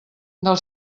del